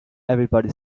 everybody